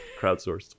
crowdsourced